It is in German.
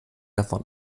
davon